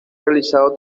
realizado